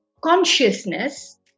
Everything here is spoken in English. consciousness